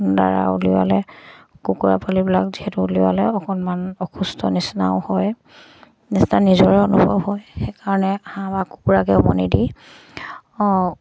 দ্বাৰা উলিওৱালে কুকুৰা পোৱালিবিলাক যিহেতু উলিওৱালে অকণমান অসুস্থ নিচিনাও হয় নিচিনা নিজৰে অনুভৱ হয় সেইকাৰণে হাঁহ বা কুকুৰাকে উমনি দি